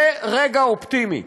זה רגע אופטימי,